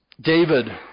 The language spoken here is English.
David